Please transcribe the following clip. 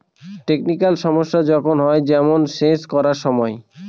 technical সমস্যা যখন হয়, যেমন সেচ করার সময়